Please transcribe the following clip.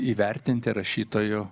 įvertinti rašytojų